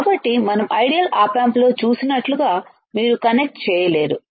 కాబట్టి మనం ideal op amp లో చూసినట్లుగా మీరు కనెక్ట్ చేయలేరు